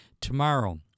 tomorrow